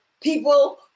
People